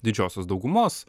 didžiosios daugumos